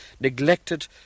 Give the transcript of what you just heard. neglected